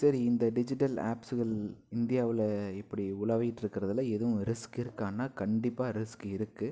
சரி இந்த டிஜிட்டல் ஆப்ஸுகள் இந்தியாவில் இப்படி உலாவிட்டுருக்கிறதுல எதுவும் ரிஸ்க்கு இருக்கானா கண்டிப்பாக ரிஸ்க் இருக்குது